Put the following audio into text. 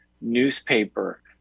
newspaper